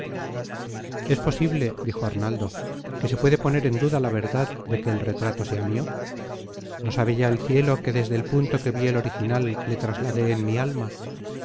es posible dijo arnaldo que se puede poner en duda la verdad de que el retrato sea mio no sabe ya el cielo que desde el punto que vi el original le trasladé en mi alma